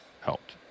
helped